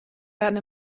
werden